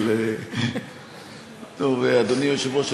אדוני היושב-ראש,